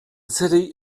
city